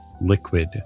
liquid